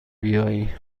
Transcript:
بیایی